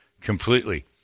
completely